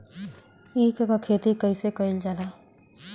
ईख क खेती कइसे कइल जाला?